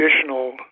additional